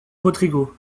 rodrigo